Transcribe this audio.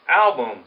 album